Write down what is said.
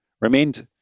remained